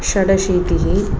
षडशीतिः